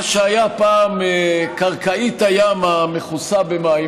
מה שהיה פעם קרקעית הים המכוסה במים,